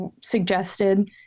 suggested